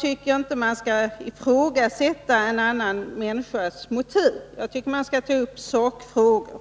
tycker jag inte att man skall ifrågasätta en annan människas motiv. Jag tycker att man skall ta upp sakfrågor.